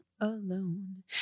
alone